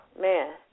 man